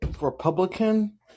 Republican